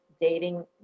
dating